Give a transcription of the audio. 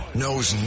knows